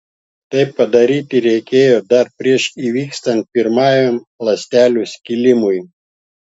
tai padaryti reikėjo dar prieš įvykstant pirmajam ląstelių skilimui